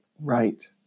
Right